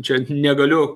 čia negaliu